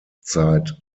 zeit